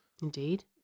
Indeed